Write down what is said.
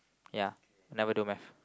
ya never do Math